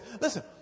Listen